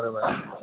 બરોબર